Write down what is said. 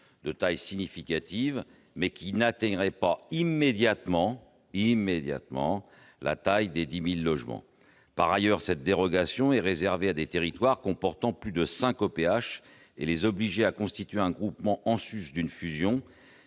de taille significative, mais qui n'atteignent pas immédiatement la taille des 10 000 logements. Par ailleurs, cette dérogation est réservée à des territoires comportant plus de cinq OPH. Obliger ces derniers à constituer un groupement en sus d'une fusion,